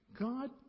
God